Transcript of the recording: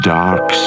dark